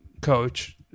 coach